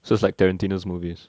so it's like their maintenance movies